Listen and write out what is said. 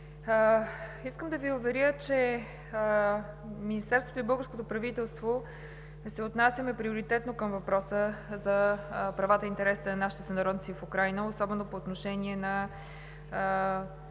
Искам да Ви уверя, че Министерството и българското правителство се отнасяме приоритетно към въпроса за правата и интересите на нашите сънародници в Украйна особено по отношение не